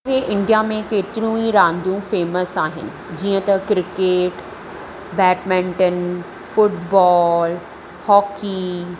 हिते इंडिया में केतिरियूं ई रांदियूं फेमस आहिनि जीअं त क्रिकेट बेडमिंटन फुटबॉल हॉकी